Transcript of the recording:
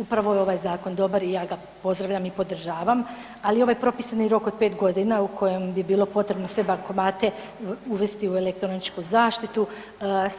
Upravo je ovaj zakon dobar i ja ga pozdravljam i podržavam, ali ovaj propisani rok od pet godina u kojem bi bilo potrebno sve bankomate uvesti u elektroničku zaštitu